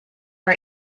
for